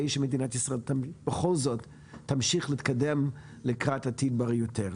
שמדינת ישראל בכל זאת תמשיך להתקדם לקראת עתיד בריא יותר.